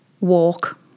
walk